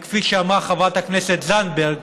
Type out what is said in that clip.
כפי שאמרה חברת הכנסת זנדברג,